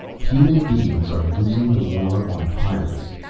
human beings are losing the war on pyrrus.